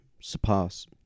surpass